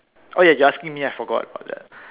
oh ya you're asking me I forgot about that